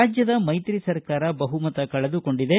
ರಾಜ್ಯದ ಮೈತ್ರಿ ಸರ್ಕಾರ ಬಹುಮತ ಕಳೆದುಕೊಂಡಿದೆ